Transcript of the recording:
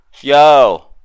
yo